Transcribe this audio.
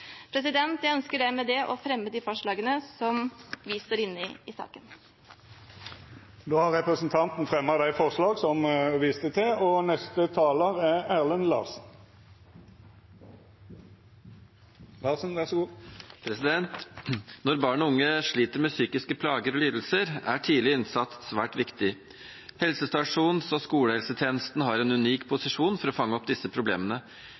Jeg ønsker med det å ta opp de forslagene som vi står inne i i saken. Da har representanten Elise Bjørnebekk-Waagen tatt opp de forslagene som hun refererte til. Når barn og unge sliter med psykiske plager og lidelser, er tidlig innsats svært viktig. Helsestasjons- og skolehelsetjenesten har en unik posisjon for å fange opp disse problemene.